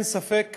אין ספק